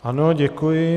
Ano, děkuji.